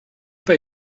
pas